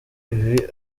ibi